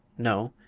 no,